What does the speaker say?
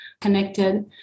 connected